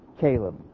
Caleb